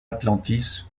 atlantis